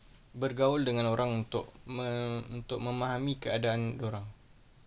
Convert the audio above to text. bergaul dengan orang untuk mem~ untuk memahami keadaan orang